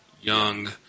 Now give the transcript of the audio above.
young